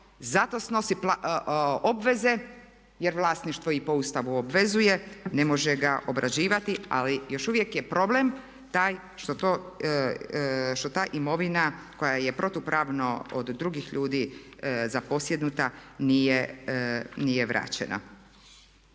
zato snosi obveze jer vlasništvo i po Ustavu obvezuje ne može ga obrađivati ali još uvijek je problem taj što ta imovina koja je protupravno od drugih ljudi zaposjednuta nije vraćena.